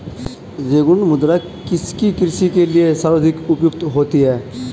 रेगुड़ मृदा किसकी कृषि के लिए सर्वाधिक उपयुक्त होती है?